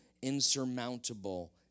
insurmountable